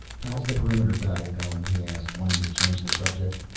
how is the perimeter battle going? he asked, wanting to change the subject.